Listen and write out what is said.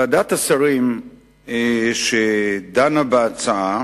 ועדת השרים שדנה בהצעה,